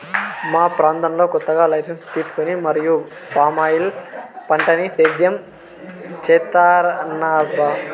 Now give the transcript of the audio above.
మా ప్రాంతంలో కొత్తగా లైసెన్సు తీసుకొని మరీ పామాయిల్ పంటని సేద్యం చేత్తన్నారబ్బా